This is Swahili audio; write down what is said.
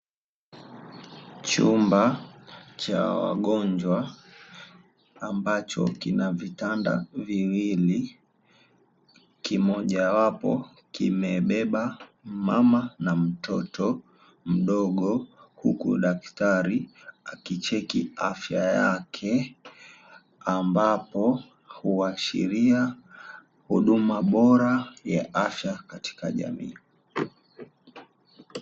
Chumba cha wagonjwa ambacho kina vitanda viwili, kimoja wapo kimebeba mama na mtoto mdogo huku daktari akicheki afya yake; ambapo huashiria huduma bora ya afya katika jamii.